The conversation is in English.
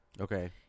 Okay